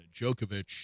Djokovic